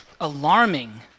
alarming